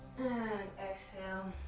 and exhale